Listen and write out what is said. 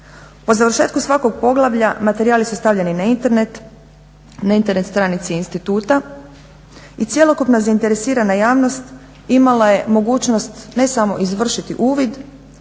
Po završetku svakog poglavlja materijali su stavljeni na Internet na Internet stranici instituta i cjelokupna zainteresirana javnost imala je mogućnost ne samo izvršiti uvid